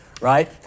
right